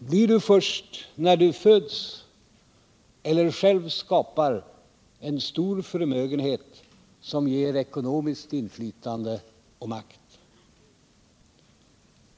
blir du först när du föds till eller själv skapar en stor förmögenhet som ger ekonomiskt inflytande och makt.